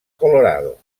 colorado